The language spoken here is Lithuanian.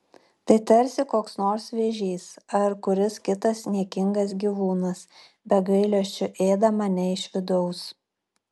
tai tarsi koks nors vėžys ar kuris kitas niekingas gyvūnas be gailesčio ėda mane iš vidaus